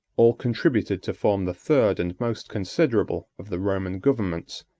all contributed to form the third and most considerable of the roman governments,